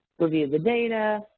review the data,